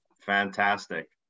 Fantastic